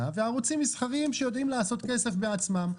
וערוצים מסחריים שיודעים לעשות כסף בעצמם.